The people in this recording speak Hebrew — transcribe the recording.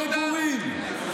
בלי מקום מגורים,